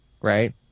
Right